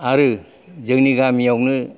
आरो जोंनि गामियावनो